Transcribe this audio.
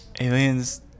Aliens